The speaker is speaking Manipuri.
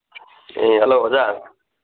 ꯎꯝ ꯍꯂꯣ ꯑꯣꯖꯥ